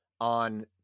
on